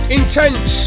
intense